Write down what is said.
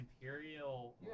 imperial